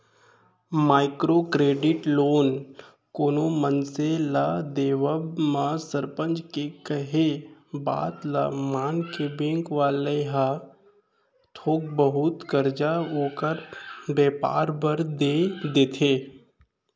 micro credit loan कोनो मनसे ल देवब म सरपंच के केहे बात ल मानके बेंक वाले ह थोक बहुत करजा ओखर बेपार बर देय देथे